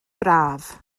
braf